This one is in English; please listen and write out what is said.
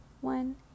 one